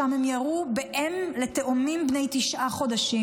שם הם ירו באם לתאומים בני תשעה חודשים.